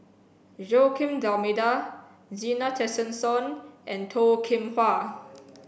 Joaquim D'almeida Zena Tessensohn and Toh Kim Hwa